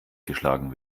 geschlagen